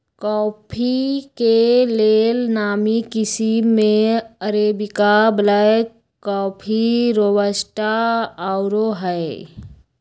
coffee के लेल नामी किशिम में अरेबिका, ब्लैक कॉफ़ी, रोबस्टा आउरो हइ